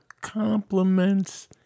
compliments